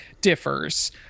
differs